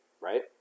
right